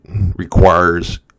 requires